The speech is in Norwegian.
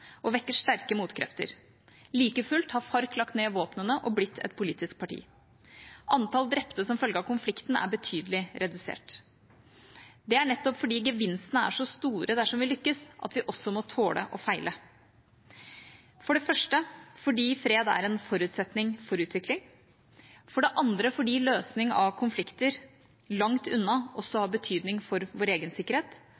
og vekker sterke motkrefter. Like fullt har FARC lagt ned våpnene og blitt et politisk parti. Antall drepte som følge av konflikten er betydelig redusert. Det er nettopp fordi gevinstene er så store dersom vi lykkes, at vi også må tåle å feile – for det første fordi fred er en forutsetning for utvikling, for det andre fordi løsning av konflikter langt unna også